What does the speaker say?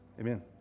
amen